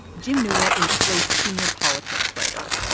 jim newell is slate's senior politics writer.